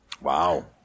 Wow